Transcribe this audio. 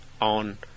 on